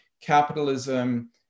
capitalism